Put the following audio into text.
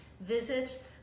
visit